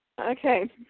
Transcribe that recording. Okay